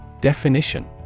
Definition